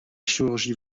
chirurgie